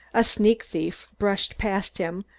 a sneak thief brushed past him,